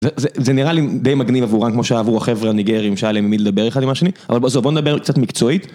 זה נראה לי די מגניב עבורן כמו שהיו עבור החבר'ה הניגריים שהיה להם מי לדבר אחד עם השני אבל בוא עזוב בוא נדבר קצת מקצועית